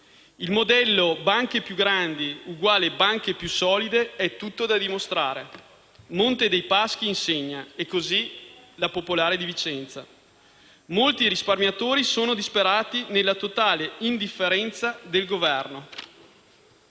Il modello «banche più grandi uguale banche più solide» è tutto da dimostrare. Monte dei Paschi insegna, e così la Banca Popolare di Vicenza. Molti risparmiatori sono disperati, nella totale indifferenza del Governo.